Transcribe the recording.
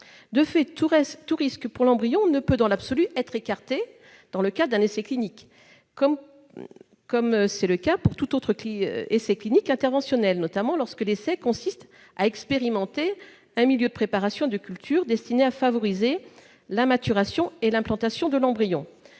De fait, tout risque pour l'embryon ne peut, dans l'absolu, être écarté dans le cadre d'un essai clinique, comme c'est le cas pour tout autre essai clinique interventionnel, notamment lorsque l'essai consiste à expérimenter un milieu de préparation de cultures destinées à favoriser la maturation et l'implantation de l'embryon.